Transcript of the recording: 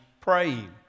praying